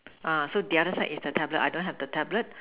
uh so the other side is the tablet I don't have the tablet